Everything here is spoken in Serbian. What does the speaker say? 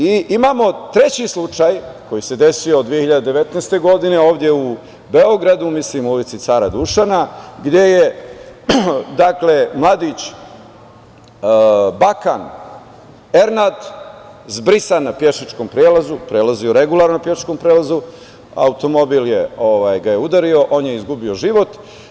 Imamo treći slučaj koji se desio 2019. godine, ovde u Beogradu, mislim u ulici Cara Dušana, gde je mladić Bakan Ernad zbrisan na pešačkom prelazu, prelazio je regularno na pešačkom prelazu, automobil ga je udario, on je izgubio život.